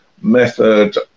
method